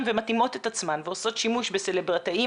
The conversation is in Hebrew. ומתאימות את עצמן ועושות שימוש בסלבריטאים